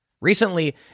Recently